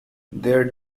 their